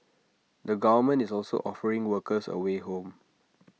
the government is also offering workers A way home